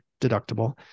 deductible